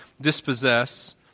dispossess